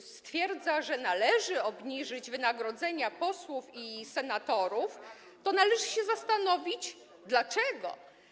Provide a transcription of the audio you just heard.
stwierdza, że należy obniżyć wynagrodzenia posłów i senatorów, to należy się zastanowić, dlaczego.